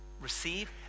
receive